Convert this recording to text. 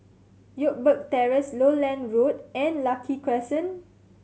Youngberg Terrace Lowland Road and Lucky Crescent